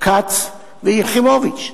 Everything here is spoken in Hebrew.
כץ ויחימוביץ.